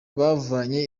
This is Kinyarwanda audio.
bavanye